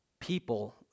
people